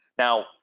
Now